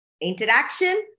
interaction